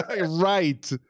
Right